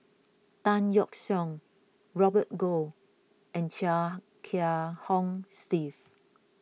Tan Yeok Seong Robert Goh and Chia Kiah Hong Steve